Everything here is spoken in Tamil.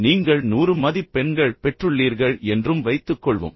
நீங்கள் 100 மதிப்பெண்கள் பெற்றுள்ளீர்கள் என்றும் வைத்துக்கொள்வோம்